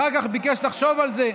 אחר כך ביקש לחשוב על זה,